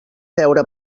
veure